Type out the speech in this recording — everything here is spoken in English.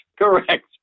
Correct